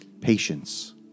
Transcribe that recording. Patience